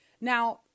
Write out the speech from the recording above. Now